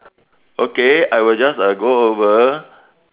okay I will just uh go over